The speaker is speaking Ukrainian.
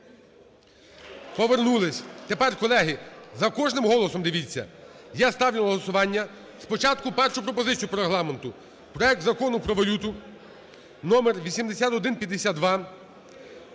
Повернулись. Тепер, колеги… За кожним голосом дивіться. Я ставлю на голосування спочатку першу пропозицію по Регламенту проект Закону про валюту (№ 8152)